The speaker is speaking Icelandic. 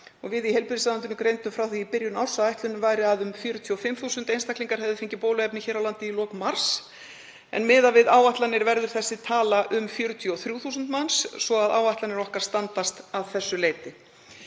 Við í heilbrigðisráðuneytinu greindum frá því í byrjun árs að ætlunin væri að um 45.000 einstaklingar hefðu fengið bóluefni hér á landi í lok mars en miðað við áætlanir verður þessi tala um 43.000 manns svo að áætlanir okkar standast að því leyti.